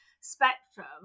spectrum